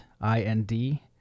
I-N-D